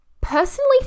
Personally